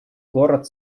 город